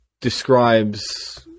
describes